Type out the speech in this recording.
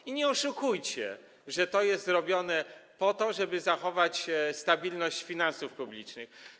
I nie oszukujcie, że to jest robione po to, żeby zachować stabilność finansów publicznych.